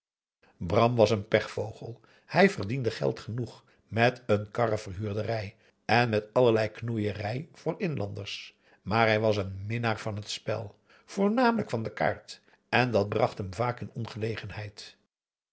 bram was een pechvogel hij verdiende geld genoeg met een karrenverhuurderij en met allerlei knoeierij voor inlanders maar hij was een minnaar van het spel voornamelijk van de kaart en dat bracht hem vaak in ongelegenheid